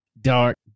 dark